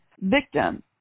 victim